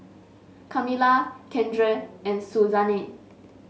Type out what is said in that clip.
Kamila Keandre and Suzanne